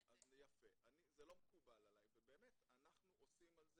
זה לא מקובל עלי ובאמת אנחנו עושים על זה